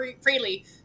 freely